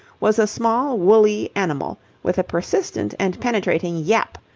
was a small woolly animal with a persistent and penetrating yap,